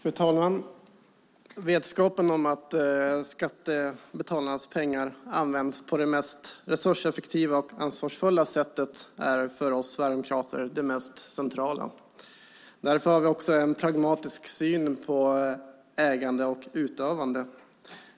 Fru talman! Vetskapen om att skattebetalarnas pengar används på det mest resurseffektiva och ansvarsfulla sättet är för oss sverigedemokrater det mest centrala. Därför har vi också en pragmatisk syn på ägande och utövande.